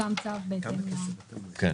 יפורסם צו בהתאם למתווה.